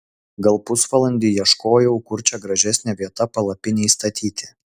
gal pusvalandį ieškojau kur čia gražesnė vieta palapinei statyti